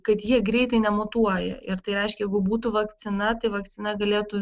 kad jie greitai nemutuoja ir tai reiškia jeigu būtų vakcina tai vakcina galėtų